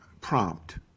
prompt